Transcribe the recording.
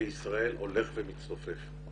בישראל הולך ומצטופף.